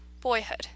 Boyhood